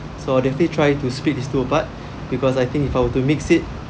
so I'll definitely try to spilt these two apart because I think if I were to mix it